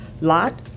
lot